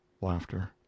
Laughter